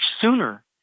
sooner